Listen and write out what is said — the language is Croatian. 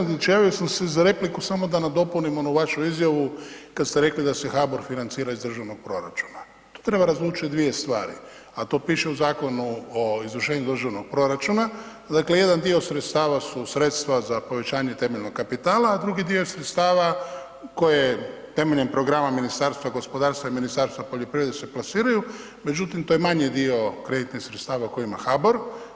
Kolegice Lesandrić, javio se sa repliku samo da nadopunim onu vašu izjavu kad ste rekli da se HBOR financira iz državnog proračuna, tu treba razlučiti dvije stvari a to piše u Zakon o izvršenju državnog proračuna, dakle jedna dio sredstava su sredstva za povećanje temeljnog kapitala a drugi dio sredstava koje temeljem programa Ministarstva gospodarstva i Ministarstva poljoprivrede se plasiraju međutim to je manji dio kreditnih sredstava koje ima HBOR.